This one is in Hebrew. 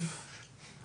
יש את אלוהים.